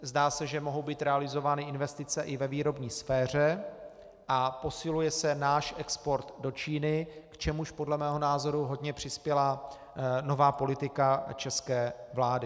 Zdá se, že mohou být realizovány investice i ve výrobní sféře a posiluje se náš export do Číny, k čemuž podle mého názoru hodně přispěla nová politika české vlády.